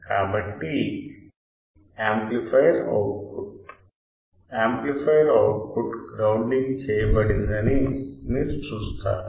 కాబట్టి amplifier output amplifier output grounding చేయబడిందని మీరు చూస్తారు